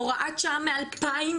הוראת שעה מ-2005,